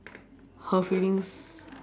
her feelings